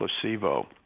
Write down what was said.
placebo